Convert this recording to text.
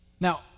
Now